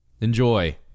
enjoy